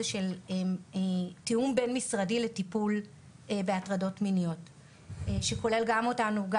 של תיאום בין משרדי לטיפול בהטרדות מיניות שכולל גם אותנו.